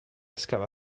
scava